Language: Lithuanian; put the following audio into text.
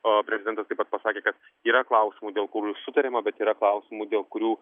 o prezidentas taip pat pasakė kad yra klausimų dėl kurių sutariama bet yra klausimų dėl kurių